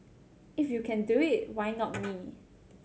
if you can do it why not me